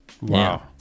Wow